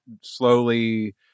slowly